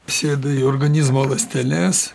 sėda į organizmo ląsteles